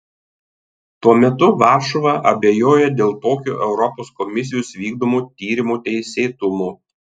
tuo metu varšuva abejoja dėl tokio europos komisijos vykdomo tyrimo teisėtumo